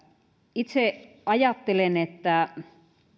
itse ajattelen että